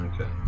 Okay